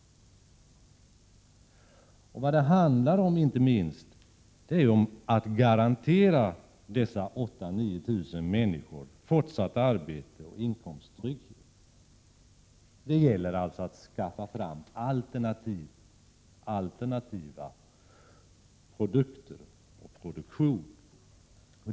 Vad det handlar om är inte minst att garantera dessa människor fortsatt arbete och inkomsttrygghet. Det gäller alltså att skaffa fram alternativa produkter och alternativ produktion.